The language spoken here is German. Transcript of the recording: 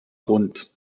rund